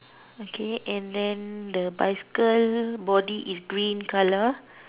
okay and then the bicycle body is green colour